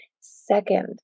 Second